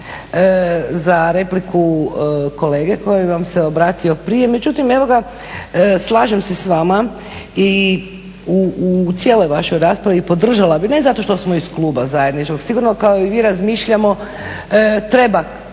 za repliku kolege koji vam se obratio prije, međutim slažem sa s vama i u cijeloj vašoj raspravi i podržala bi. Ne zato što smo iz kluba zajedničkog, sigurno kao i vi razmišljamo treba